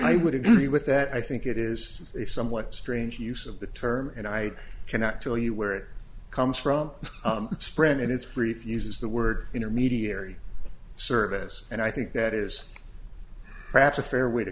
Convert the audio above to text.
i would agree with that i think it is a somewhat strange use of the term and i cannot tell you where it comes from sprint and its brief uses the word intermediary service and i think that is perhaps a fair way to